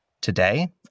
Today